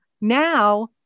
now